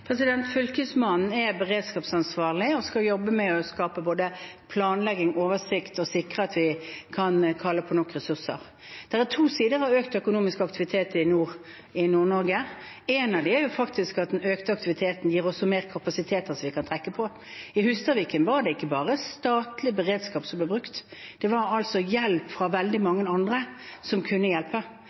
Fylkesmannen er beredskapsansvarlig og skal jobbe med både planlegging og oversikt og sikre at vi kan kalle på nok ressurser. Det er to sider av økt økonomisk aktivitet i Nord-Norge. En av dem er at den økte aktiviteten også gir flere kapasiteter som vi kan trekke på. I Hustadvika var det ikke bare statlig beredskap som ble brukt, det var hjelp fra veldig mange andre som kunne hjelpe.